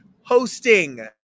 hosting